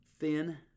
thin